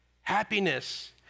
Happiness